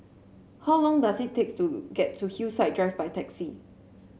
how long does it take to get to Hillside Drive by taxi